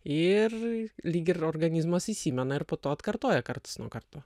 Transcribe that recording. ir lyg ir organizmas įsimena ir po to atkartoja karts nuo karto